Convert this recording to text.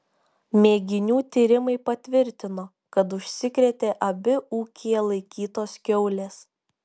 mėginių tyrimai patvirtino kad užsikrėtė abi ūkyje laikytos kiaulės